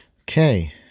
Okay